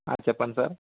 చెప్పండి సార్